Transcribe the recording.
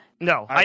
No